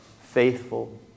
faithful